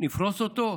נפרוס אותו.